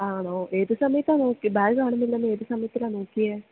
ആണോ ഏത് സമയത്താണ് നോക്കി ബാഗ് കാണുന്നില്ലെന്ന് ഏത് സമയത്തിലാണ് നോക്കിയത്